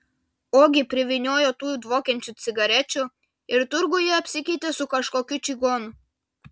ogi privyniojo tų dvokiančių cigarečių ir turguje apsikeitė su kažkokiu čigonu